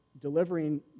delivering